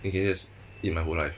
then can just eat my whole life